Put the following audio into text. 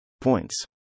points